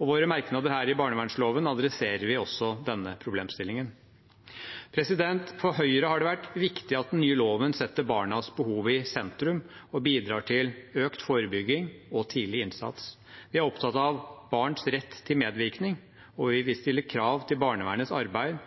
I våre merknader her i barnevernsloven adresserer vi også denne problemstillingen. For Høyre har det vært viktig at den nye loven setter barnas behov i sentrum og bidrar til økt forebygging og tidlig innsats. Vi er opptatt av barns rett til medvirkning, og vi vil stille krav til barnevernets arbeid